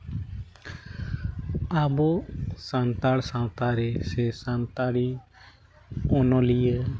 ᱟᱵᱚ ᱥᱟᱱᱛᱟᱲ ᱥᱟᱶᱛᱟᱨᱮ ᱥᱮ ᱥᱟᱱᱛᱟᱲᱤ ᱚᱱᱚᱞᱤᱭᱟᱹ